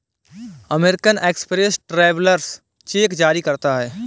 American Express travellers cheque जारी करता है